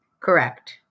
Correct